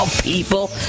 people